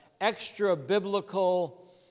extra-biblical